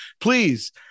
Please